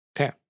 Okay